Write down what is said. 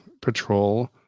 patrol